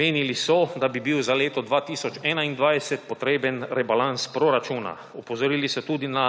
Menili so, da bi bil za leto 2021 potreben rebalans proračuna. Opozorili so tudi na